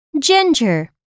ginger